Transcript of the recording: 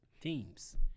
teams